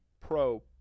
pro